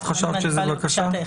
את חשבת שזאת בקשה.